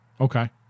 Okay